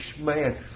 man